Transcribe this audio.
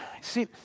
See